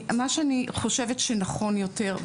מה שאני חושבת שנכון יותר,